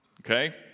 Okay